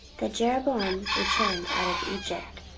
that jeroboam returned out of egypt.